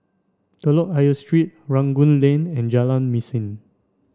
Telok Ayer Street Rangoon Lane and Jalan Mesin